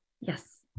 Yes